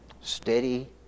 steady